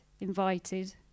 invited